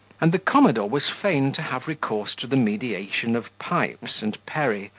and the commodore was fain to have recourse to the mediation of pipes and perry,